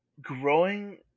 growing